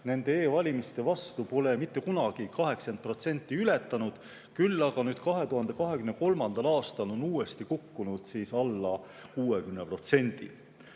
usaldus e‑valimiste vastu pole mitte kunagi 80% ületanud, küll aga nüüd, 2023. aastal on see uuesti kukkunud alla 60%.